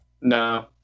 No